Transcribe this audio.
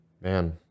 Man